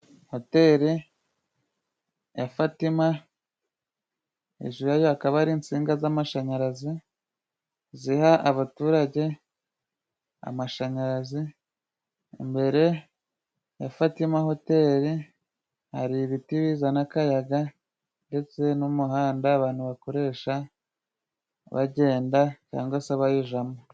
Hoteri ya fatima, hejuru yayo hakaba hari insinga z'amashanyarazi. Ziha abaturage amashanyarazi .Imbere yafatima hoteri hari ibiti bizana akayaga. Ndetse n'umuhanda abantu bakoresha bagenda cyangwa se abayijamo.